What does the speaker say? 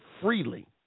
freely